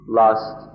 lust